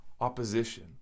opposition